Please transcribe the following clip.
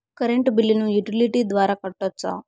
Current బిల్లును utility ద్వారా కట్టొచ్చా?